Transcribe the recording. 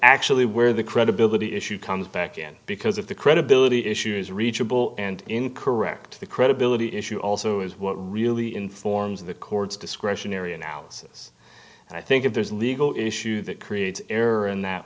actually where the credibility issue comes back in because of the credibility issue is reachable and in correct to the credibility issue also is what really informs the court's discretionary analysis and i think if there's a legal issue that creates error in that